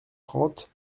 trente